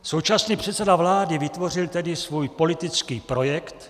Současný předseda vlády vytvořil tedy svůj politický projekt.